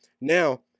Now